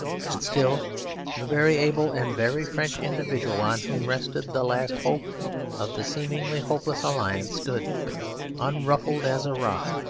and still the very able and very french individual on whom rested the last hope of the seemingly hopeless alliance stood unruffled as a rock,